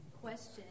question